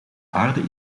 aarde